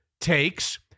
takes